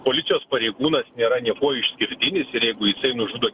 policijos pareigūnas nėra niekuo išskirtinis ir jeigu tai nužudo